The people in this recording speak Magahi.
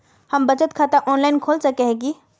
हम बचत खाता ऑनलाइन खोल सके है की?